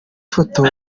foto